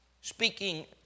Speaking